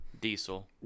diesel